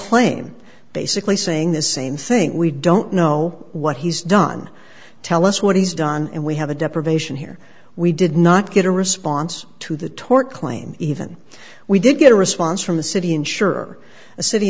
claim basically saying the same thing we don't know what he's done tell us what he's done and we have a deprivation here we did not get a response to the tort claim even we did get a response from the city insure a city